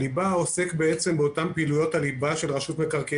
הליבה עוסקת באותן פעילויות הליבה של רשות מקרקעי